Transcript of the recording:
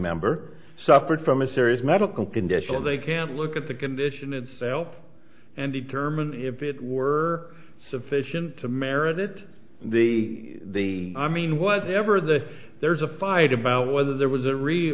member suffered from a serious medical condition or they can look at the condition itself and determine if it were sufficient to merit it the the i mean whatever the there's a fight about whether there was a real